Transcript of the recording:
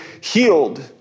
healed